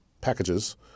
packages